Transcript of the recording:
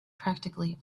practically